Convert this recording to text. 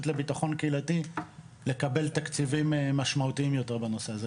לביטחון קהילתי לקבל תקציבים משמעותיים יותר בנושא הזה.